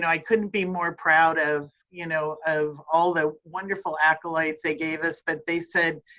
you know i couldn't be more proud of you know, of all the wonderful accolades they gave us, but they said,